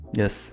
yes